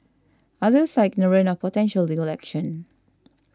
others are ignorant of potential legal action